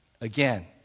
Again